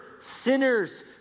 sinners